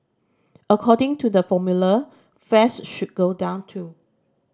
according to the formula fares should go down too